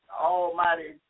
Almighty